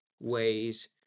ways